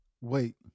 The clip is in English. Wait